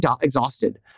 exhausted